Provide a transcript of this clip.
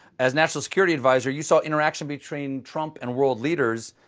as national security advisor, you saw interaction between trump and world leaders,